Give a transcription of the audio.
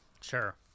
sure